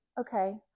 okay